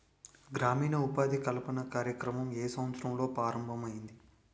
గ్రామీణ ఉపాధి కల్పన కార్యక్రమం ఏ సంవత్సరంలో ప్రారంభం ఐయ్యింది?